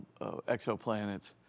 exoplanets